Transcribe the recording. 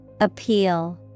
Appeal